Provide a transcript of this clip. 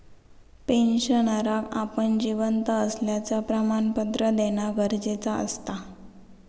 पेंशनरका आपण जिवंत असल्याचा प्रमाणपत्र देना गरजेचा असता